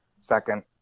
second